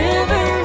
River